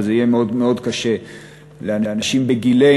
אבל זה יהיה מאוד מאוד קשה לאנשים בגילנו,